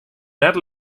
net